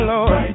Lord